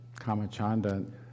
Kamachanda